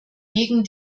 gegen